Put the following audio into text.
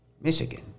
Michigan